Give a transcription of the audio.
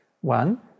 One